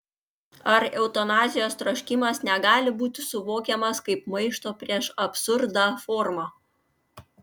ar eutanazijos troškimas negali būti suvokiamas kaip maišto prieš absurdą forma